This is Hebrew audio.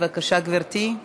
בבקשה, גברתי,